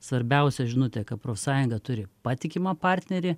svarbiausia žinutė kad profsąjunga turi patikimą partnerį